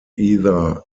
either